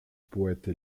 poète